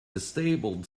disabled